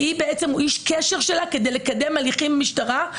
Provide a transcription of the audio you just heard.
והוא בעצם איש קשר שלה כדי לקדם הליכים עם המשטרה.